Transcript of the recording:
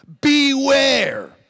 Beware